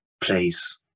place